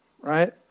right